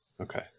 okay